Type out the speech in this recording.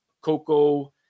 Coco